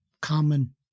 Common